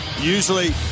Usually